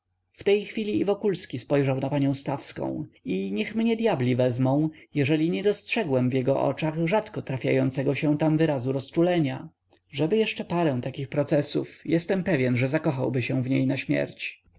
w tej chwili i wokulski spojrzał na panią stawską i niech mnie dyabli wezmą jeżeli nie dostrzegłem w jego oczach rzadko trafiającego się tam wyrazu rozczulenia żeby jeszcze parę takich procesów jestem pewny że zakochałby się w niej na śmierć